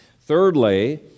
Thirdly